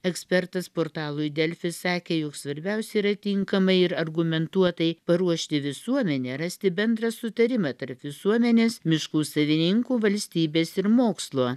ekspertas portalui delfi sakė jog svarbiausia yra tinkamai ir argumentuotai paruošti visuomenę rasti bendrą sutarimą tarp visuomenės miškų savininkų valstybės ir mokslo